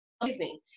amazing